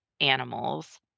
animals